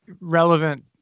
relevant